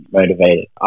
motivated